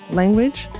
language